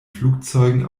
flugzeugen